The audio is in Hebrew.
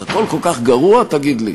אז הכול כל כך גרוע, תגיד לי?